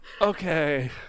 Okay